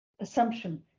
assumption